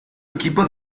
equipo